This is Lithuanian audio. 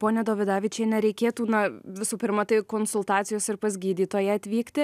ponia dovidavičiene reikėtų na visų pirma tai konsultacijos ir pas gydytoją atvykti